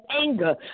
anger